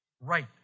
right